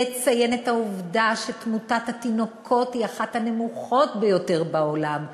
לציין את העובדה שתמותת התינוקות היא אחת הנמוכות ביותר בעולם,